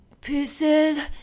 Pieces